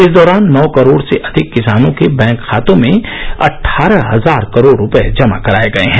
इस दौरान नौ करोड से अधिक किसानों के बैंक खातों में अटठारह हजार करोड रुपए जमा कराए गए हैं